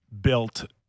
built